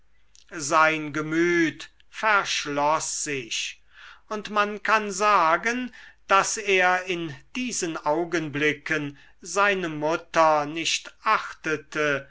sein gemüt verschloß sich und man kann sagen daß er in diesen augenblicken seine mutter nicht achtete